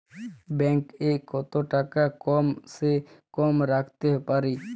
Bank এ কত টাকা কম সে কম রাখতে পারি?